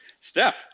Steph